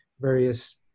various